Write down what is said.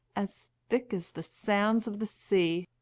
as thick as the sands of the sea.